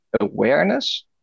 awareness